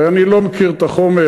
הרי אני לא מכיר את החומר.